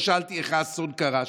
לא שאלתי איך האסון קרה.